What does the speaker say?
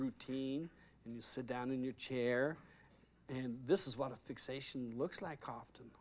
routine and you sit down in your chair and this is what a fixation looks like often